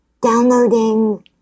downloading